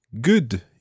good